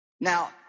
Now